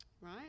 Right